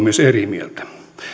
myös eri mieltä